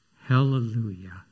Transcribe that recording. hallelujah